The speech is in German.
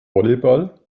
volleyball